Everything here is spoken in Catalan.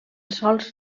sols